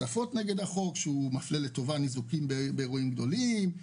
כך שהחוק מפלה לטובה ניזוקים באירועים גדולים,